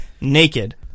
naked